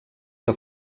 que